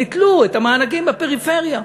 ביטלו את המענקים בפריפריה.